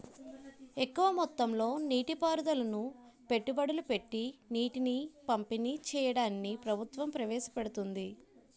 ఎక్కువ మొత్తంలో నీటి పారుదలను పెట్టుబడులు పెట్టీ నీటిని పంపిణీ చెయ్యడాన్ని ప్రభుత్వం ప్రవేశపెడుతోంది